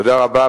תודה רבה.